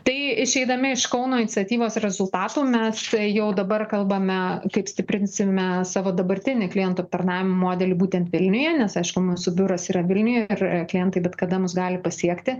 tai išeidami iš kauno iniciatyvos rezultatų mes tai jau dabar kalbame kaip stiprinsime savo dabartinį klientų aptarnavimo modelį būtent vilniuje nes aišku mūsų biuras yra vilniuje ir klientai bet kada mus gali pasiekti